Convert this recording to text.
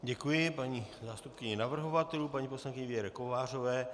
Děkuji paní zástupkyni navrhovatelů, paní poslankyni Věře Kovářové.